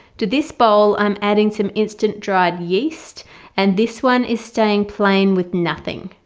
to this bowl i'm adding some instant dried yeast and this one is staying plain with nothing.